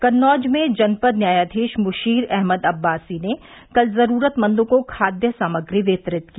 कन्नौज में जनपद न्यायाधीश मुशीर अहमद अब्बासी ने कल जरूरतमंदों को खाद्य सामग्री वितरित की